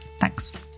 Thanks